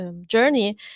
journey